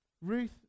Ruth